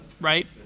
right